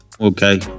Okay